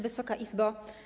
Wysoka Izbo!